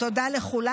תודה לכולם.